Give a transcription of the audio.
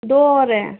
दो और हैं